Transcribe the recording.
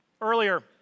Earlier